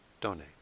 donate